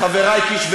חבר הכנסת יואב קיש,